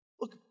Look